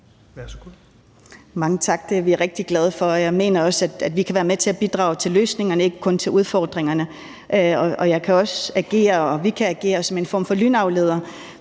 Mange tak, det er vi rigtig glade for. Jeg mener også, at vi kan være med til at bidrage til løsningerne og ikke kun til udfordringerne. Jeg kan også agere, og vi kan agere som en form for lynafledere,